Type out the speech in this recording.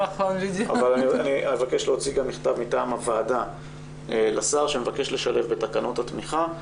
אני אבקש להוציא מכתב מטעם הוועדה לשר שמבקש לשלב בתקנות התמיכה,